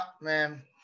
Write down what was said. man